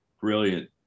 brilliant